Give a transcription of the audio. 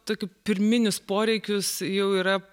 tokiu pirminius poreikius jau yra